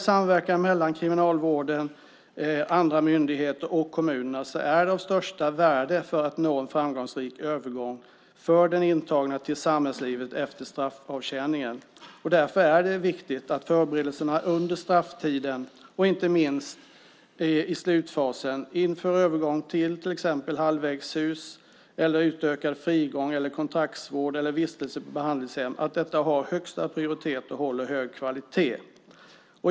Samverkan mellan Kriminalvården, andra myndigheter och kommunerna är av största värde för att nå en framgångsrik övergång för den intagne till samhällslivet efter straffavtjäningen. Därför är det viktigt att förberedelserna under strafftiden, inte minst i slutfasen inför övergången till exempelvis halvvägshus, utökad frigång, kontraktsvård eller vistelse på behandlingshem, har högsta prioritet och håller hög kvalitet.